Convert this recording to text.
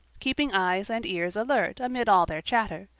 keeping eyes and ears alert amid all their chatter,